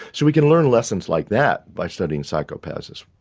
so we can learn lessons like that by studying psychopathism.